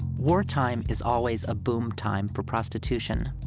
wartime is always a boom time for prostitution.